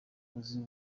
uzi